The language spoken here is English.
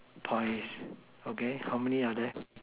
points okay how many are there